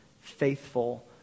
faithful